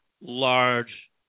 large